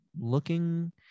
looking